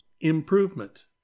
improvement